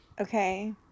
Okay